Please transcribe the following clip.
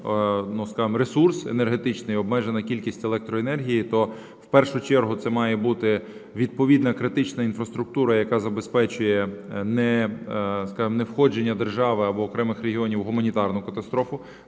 ресурс енергетичний, обмежена кількість електроенергії, то в першу чергу це має бути відповідна критична інфраструктура, яка забезпечує, скажемо, невходження держави або окремих регіонів у гуманітарну катастрофу.